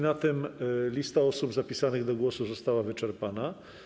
Na tym lista osób zapisanych do głosu została wyczerpana.